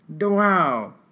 Wow